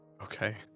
Okay